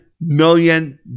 million